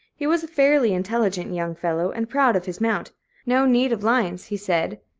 he was a fairly-intelligent young fellow, and proud of his mount no need of lines, he said,